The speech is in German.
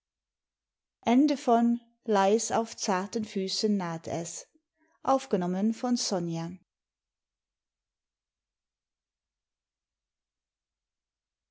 auf zarten füßen naht es vor dem